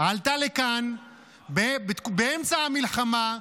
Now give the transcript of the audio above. עלתה לכאן באמצע המלחמה,